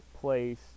place